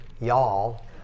y'all